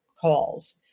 calls